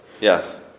Yes